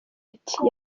iti